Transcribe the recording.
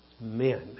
men